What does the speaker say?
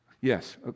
Yes